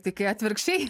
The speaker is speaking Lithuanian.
tai kai atvirkščiai